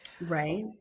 Right